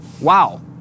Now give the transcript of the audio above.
Wow